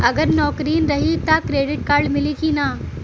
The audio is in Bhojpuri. अगर नौकरीन रही त क्रेडिट कार्ड मिली कि ना?